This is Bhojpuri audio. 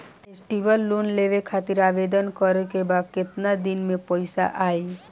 फेस्टीवल लोन लेवे खातिर आवेदन करे क बाद केतना दिन म पइसा आई?